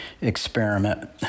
experiment